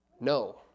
no